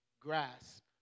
Grasp